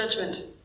judgment